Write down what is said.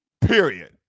Period